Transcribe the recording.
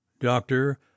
Doctor